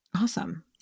awesome